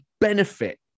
benefit